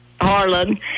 Harlan